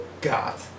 God